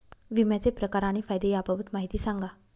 विम्याचे प्रकार आणि फायदे याबाबत माहिती सांगा